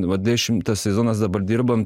vat dešimtas sezonas dabar dirbam